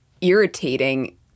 irritating